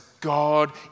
God